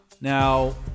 Now